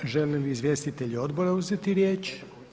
Žele li izvjestitelji odbora uzeti riječ?